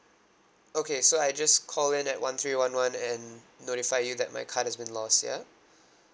okay so I just call in at one three one one and notify you that my card has been lost ya